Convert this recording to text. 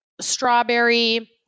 strawberry